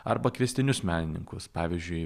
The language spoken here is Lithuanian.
arba kviestinius menininkus pavyzdžiui